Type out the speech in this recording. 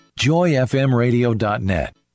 joyfmradio.net